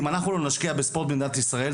אם אנחנו לא נשקיע בספורט במדינת ישראל,